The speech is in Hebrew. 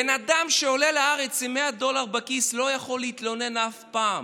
בן אדם שעולה לארץ עם 100 דולר בכיס לא יכול להתלונן אף פעם.